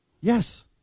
Yes